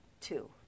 two